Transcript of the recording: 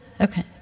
Okay